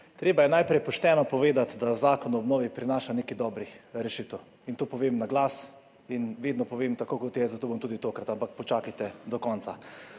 Treba je najprej pošteno povedati, da zakon o obnovi prinaša nekaj dobrih rešitev. To povem na glas in vedno povem tako, kot je, zato bom tudi tokrat. Ampak počakajte do konca.